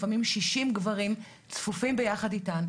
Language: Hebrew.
לפעמים 60 גברים צפופים ביחד איתן.